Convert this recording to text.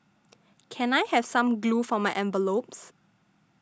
can I have some glue for my envelopes